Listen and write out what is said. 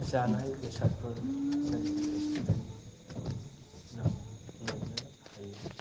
जानाय बेसादफोर जोङो रेस्टुरेन्टाव मोननो हायो